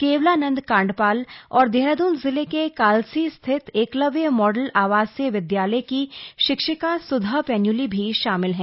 केवलानंद कांडपाल और देहरादून जिले के कालसी स्थित एकलव्य मॉडल आवासीय विद्यालय की शिक्षिका सुधा पैन्यूली भी शामिल हैं